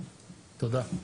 תודה.